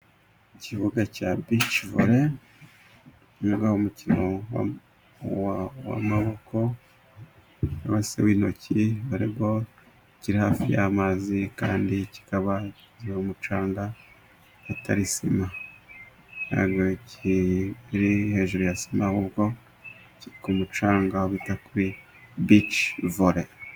Ikibuga cya bici vore, umukino w'amaboko, cyangwa se w'intoki, voreboro, kiri hafi y'amazi kandi kikaba umucanga atari isima. Ntabwo kiri hejuru ya sima, ahubwo kiri ku mucanga bita kuri bici vore.